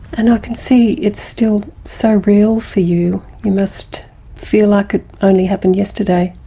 and i can see it's still so real for you. you must feel like it only happened yesterday.